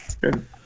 good